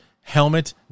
helmet